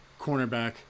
cornerback